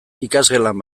ikasgelan